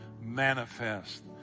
manifest